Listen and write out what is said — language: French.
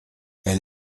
elle